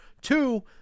two